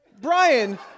Brian